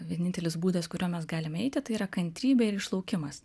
vienintelis būdas kuriuo mes galim eiti tai yra kantrybė ir išlaukimas